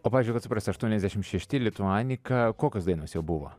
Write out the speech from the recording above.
o pavyzdžiui kad suprast aštuoniasdešimt šešti lituanika kokios dainos jau buvo